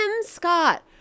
Scott